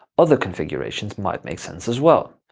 other configurations might make sense as well.